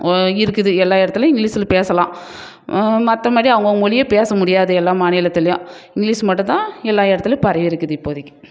இருக்குது எல்லா இடத்துலயும் இங்கிலீஷில் பேசலாம் மற்ற மாதிரி அவங்கவங்க மொழியை பேச முடியாது எல்லா மாநிலத்துலேயும் இங்கிலீஷ் மட்டும்தான் எல்லா இடத்துலயும் பரவி இருக்குது இப்போதிக்கு